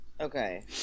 okay